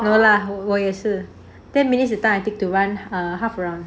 no lah 我也是 ten minutes that time I take to run err half round